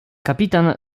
kapitan